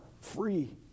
free